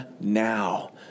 now